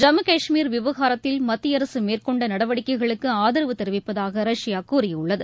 ஜம்மு கஷ்மீர் விவகாரத்தில் மத்தியஅரசு மேற்கொண்ட நடவடிக்கைகளுக்கு தெரிவிப்பதாக ரஷ்யா கூறியுள்ளது